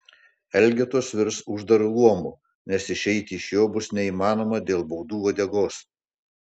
elgetos virs uždaru luomu nes išeiti iš jo bus neįmanoma dėl baudų uodegos